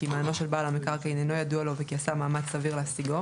כי מענו של בעל המקרקעין אינו ידוע לו וכי עשה מאמץ סביר להשיגו,